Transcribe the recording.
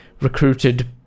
recruited